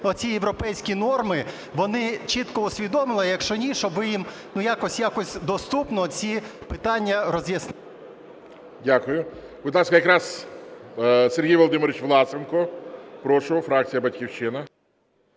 оці європейські норми, вони чітко усвідомили, а якщо ні, щоб ви їм, ну, якось, якось доступно ці питання роз'яснили. ГОЛОВУЮЧИЙ. Дякую. Будь ласка, якраз Сергій Володимирович Власенко, прошу, фракція "Батьківщина".